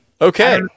Okay